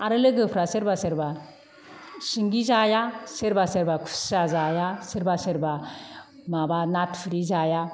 आरो लोगोफ्रा सोरबा सोरबा सिंगि जाया सोरबा सोरबा खुसिया जाया सोरबा सोरबा माबा ना थुरि जाया